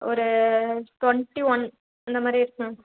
ஒரு twenty one இந்த மாதிரி ரேட் மேம்